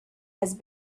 had